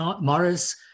Morris